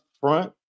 front